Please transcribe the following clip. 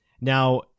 Now